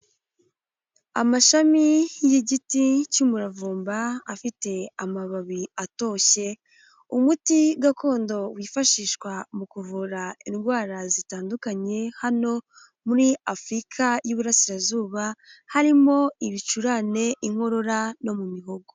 Amashami y'igiti cy'umuravumba afite amababi atoshye, umuti gakondo wifashishwa mu kuvura indwara zitandukanye hano muri Afurika y'Iburasirazuba, harimo ibicurane, inkorora no mu mihogo.